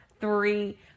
three